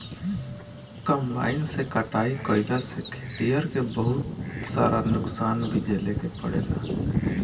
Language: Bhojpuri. कंबाइन से कटाई कईला से खेतिहर के बहुत सारा नुकसान भी झेले के पड़ेला